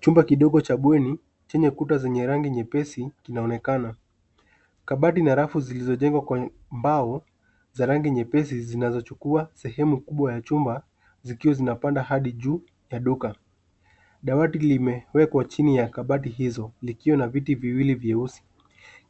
Chumba kidogo cha bweni, chenye kuta zenye rangi nyepesi kinaonekana. Kabati na rafu zilizojengwa kwenye mbao za rangi nyepesi zinachukua sehemu kubwa ya chumba, zikiwa zinapanda hadi juu ya duka. Dawati limewekwa chini ya kabati hizo, likiwa na viti viwili vyeusi.